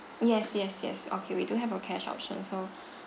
yes yes yes okay we do have a cash option so